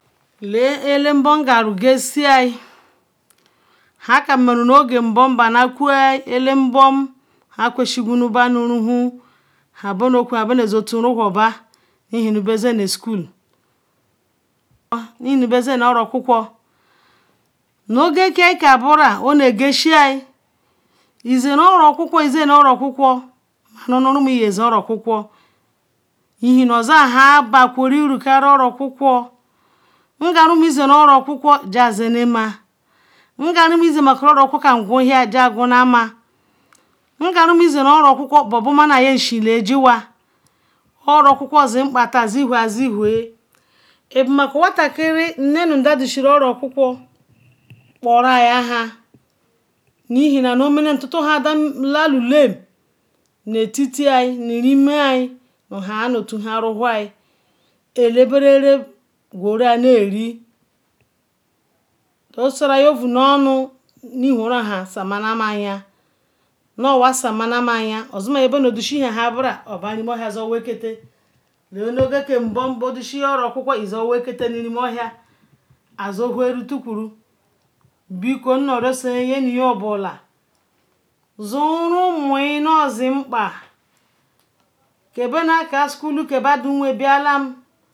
La a ela bom guru ga shia han kam merum nu oga bon han kwesi nu ba nu ruhum han bene zen tu ruhaba nu ihining bei zena school be zen oro okuku nu oga ka bora onne ga shai mop izeru oro okuku izene oro okuku manun nu rumotakiri ihirun oza han ba iru karu oro okuku ngam rumuyin zeru oro okuku jan zen am oro okuku ngan rumuyin zerun oro kuku guanya jan guanyalana nga rumuyin zerun oro okuku bobumana ye ishin lela juwa oro okuju zen nkpa zewa zewa ibu watakiri be do yoru oro okuku gural kpone nhan ehinu igida nhan lalu la nu etitia nu han nuton rowai ala beral gural nari ovoi surron nornu nu ela ikwerre samanam ayan ozioma yabe na dosi ya zen wor eketal lela nu mbum bo do si oro okuku izen wor ektal nurimohia izen wa eriri tukurum biko nono rusi zon ozi kpa ke ba naker school ke ba don wen bialam